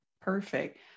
Perfect